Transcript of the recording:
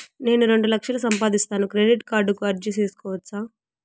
నేను రెండు లక్షలు సంపాదిస్తాను, క్రెడిట్ కార్డుకు అర్జీ సేసుకోవచ్చా?